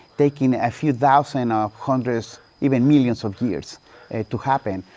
taking a few thousand ah of hundreds, even millions of years to happen,